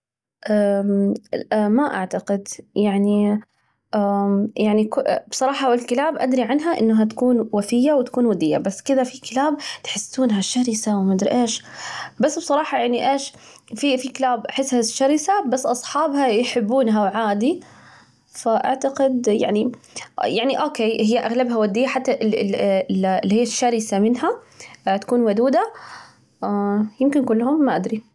لا ما أعتقد يعني يعني ك بصراحة الكلاب أدري عنها إنها تكون وفية وتكون ودية، بس كده في كلاب تحسونها شرسة وما أدري إيش، بس بصراحة يعني إيش في في كلاب أحسها شرسة بس أصحابها يحبونها عادي، فأعتقد يعني يعني أوكي، هي أغلبها ودية حتى اللي اللي اللي اللي هي الشرسة منها تكون ودودة، يمكن كلهم ما أدري.